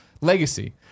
Legacy